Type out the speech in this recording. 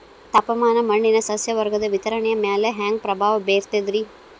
ತಾಪಮಾನ ಮಣ್ಣಿನ ಸಸ್ಯವರ್ಗದ ವಿತರಣೆಯ ಮ್ಯಾಲ ಹ್ಯಾಂಗ ಪ್ರಭಾವ ಬೇರ್ತದ್ರಿ?